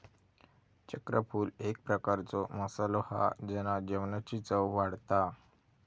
चक्रफूल एक प्रकारचो मसालो हा जेना जेवणाची चव वाढता